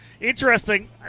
interesting